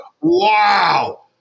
wow